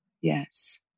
Yes